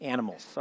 Animals